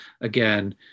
again